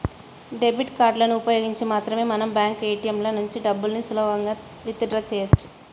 debit కార్డులను ఉపయోగించి మాత్రమే మనం బ్యాంకు ఏ.టీ.యం ల నుంచి డబ్బుల్ని సులువుగా విత్ డ్రా చెయ్యొచ్చు